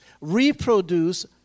reproduce